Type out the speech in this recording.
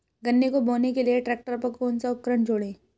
गन्ने को बोने के लिये ट्रैक्टर पर कौन सा उपकरण जोड़ें?